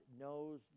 knows